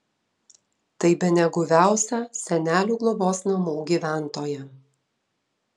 tai bene guviausia senelių globos namų gyventoja